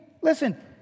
Listen